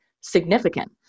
significant